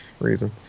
reason